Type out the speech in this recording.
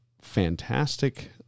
fantastic